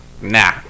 Nah